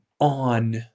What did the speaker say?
on